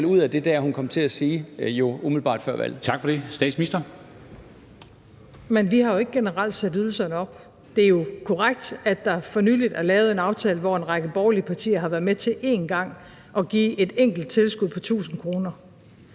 Statsministeren. Kl. 23:04 Statsministeren (Mette Frederiksen): Men vi har jo ikke generelt sat ydelserne op. Det er jo korrekt, at der for nylig er lavet en aftale, hvor en række borgerlige partier har været med til én gang at give et enkelt tilskud på 1.000 kr.